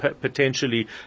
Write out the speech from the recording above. potentially